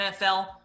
NFL